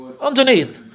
underneath